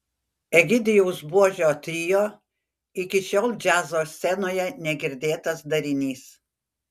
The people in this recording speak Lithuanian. egidijaus buožio trio iki šiol džiazo scenoje negirdėtas darinys